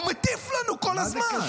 הוא מטיף לנו כל הזמן.